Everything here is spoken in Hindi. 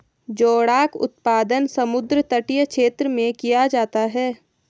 जोडाक उत्पादन समुद्र तटीय क्षेत्र में किया जाता है